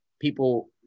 people